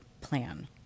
plan